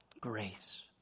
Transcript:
Grace